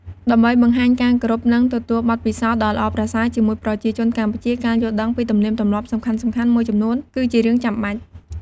ដើម្បីបង្ហាញការគោរព និងទទួលបទពិសោធន៍ដ៏ល្អប្រសើរជាមួយប្រជាជនកម្ពុជា ការយល់ដឹងពីទំនៀមទម្លាប់សំខាន់ៗមួយចំនួនគឺជារឿងចាំបាច់។